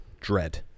Dread